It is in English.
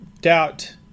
doubt